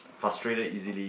frustrated easily